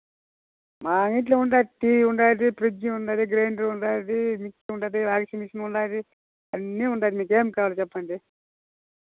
మా ఇంట్లో ఉండే టీవీ ఉంది ఫ్రిడ్జ్ ఉంది గ్రైండరు ఉంది మిక్సీ ఉంది వాషింగ్ మెషిన్ ఉంది అన్నీ ఉంది మీకు ఏమి కావాలి చెప్పండి